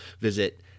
visit